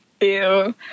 Ew